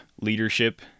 leadership